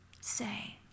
say